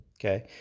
Okay